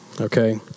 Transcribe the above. okay